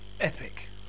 Epic